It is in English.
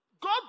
God